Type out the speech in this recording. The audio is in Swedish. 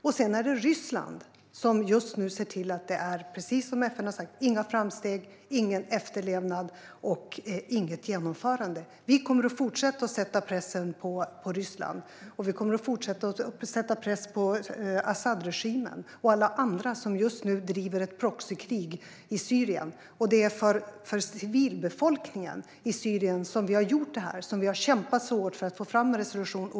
Det är Ryssland som just nu ser till att det, precis som FN har sagt, inte görs några framsteg och inte finns någon efterlevnad eller något genomförande. Vi kommer att fortsätta att sätta press på Ryssland. Vi kommer även att fortsätta att sätta press på Asadregimen och på alla andra som just nu för ett proxykrig i Syrien. Det är för civilbefolkningen i Syrien som vi har gjort detta. Det är för civilbefolkningen som vi har kämpat så hårt för att få fram en resolution.